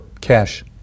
Cash